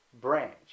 branch